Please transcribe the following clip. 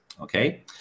okay